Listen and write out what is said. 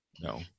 no